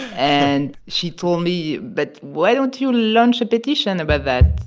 and she told me, but why don't you launch a petition about that?